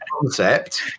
concept